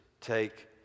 take